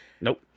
Nope